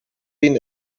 been